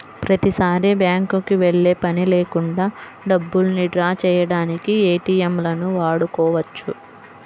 ప్రతిసారీ బ్యేంకుకి వెళ్ళే పని లేకుండా డబ్బుల్ని డ్రా చేయడానికి ఏటీఎంలను వాడుకోవచ్చు